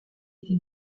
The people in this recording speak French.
été